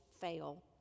fail